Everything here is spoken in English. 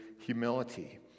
humility